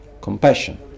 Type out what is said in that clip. compassion